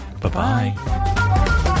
Bye-bye